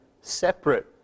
separate